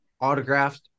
autographed